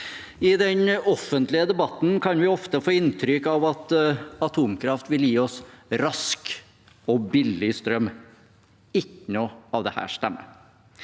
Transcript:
I den offentlige debatten kan vi ofte få inntrykk av at atomkraft vil gi oss rask og billig strøm. Ikke noe av dette stemmer.